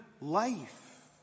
life